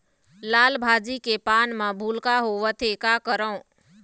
लाल भाजी के पान म भूलका होवथे, का करों?